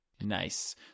Nice